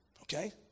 Okay